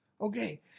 Okay